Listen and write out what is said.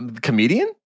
comedian